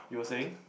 you were saying